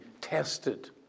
tested